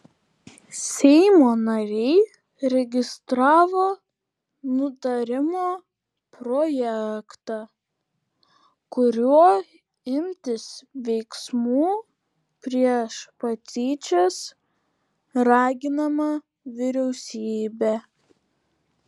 seimo nariai registravo nutarimo projektą kuriuo imtis veiksmų prieš patyčias raginama vyriausybė